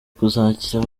kuzagira